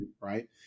Right